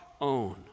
own